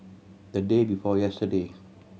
the day before yesterday